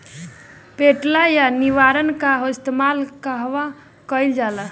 पटेला या निरावन का इस्तेमाल कहवा कइल जाला?